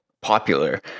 popular